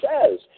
says